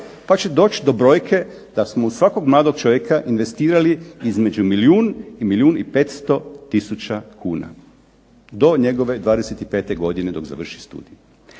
pa će doći do brojke da smo u svakog mladog čovjeka investirali između milijun i milijun i 500 tisuća kuna, do njegove 25 godine dok završi studij.